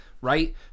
Right